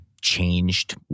changed